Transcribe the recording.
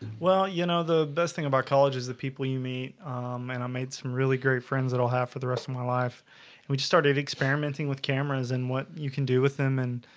well you know the best thing about college is the people you meet um and i made some really great friends that i'll have for the rest of my life we just started experimenting with cameras and what you can do with them and